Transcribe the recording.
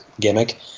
gimmick